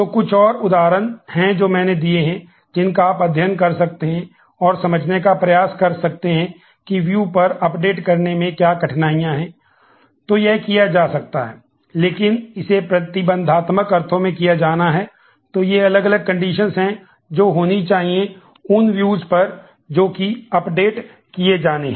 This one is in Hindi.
तो कुछ और उदाहरण हैं जो मैंने दिए हैं जिनका आप अध्ययन कर सकते हैं और समझने का प्रयास कर सकते हैं कि व्यू किए जाने हैं